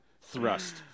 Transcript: thrust